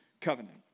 covenant